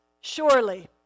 surely